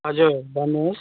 हजुर भन्नुहोस्